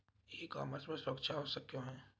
ई commerce में सुरक्षा आवश्यक क्यों है?